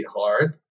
hard